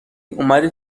اومدی